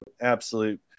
absolute